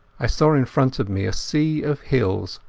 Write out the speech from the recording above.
i saw in front of me a sea of hills,